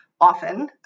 often